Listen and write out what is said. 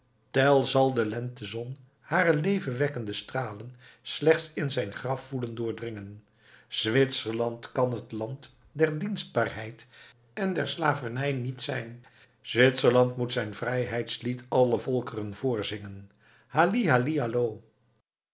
tell zal de lentezon hare leven wekkende stralen slechts in zijn graf voelen doordringen zwitserland kàn het land der dienstbaarheid en der slavernij niet zijn zwitserland moet zijn vrijheidslied allen volkeren voorzingen halli halli hallo